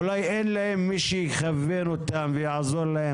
אולי אין להם מי שיכוון אותם ויעזור להם